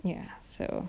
ya so